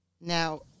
Now